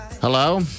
hello